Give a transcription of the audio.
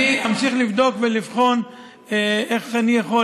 אני אמשיך לבדוק ולבחון איך אני יכול